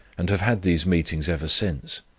and have had these meetings ever since.